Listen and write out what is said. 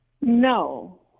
No